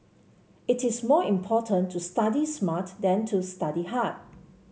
it is more important to study smart than to study hard